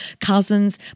cousins